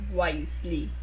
wisely